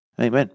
Amen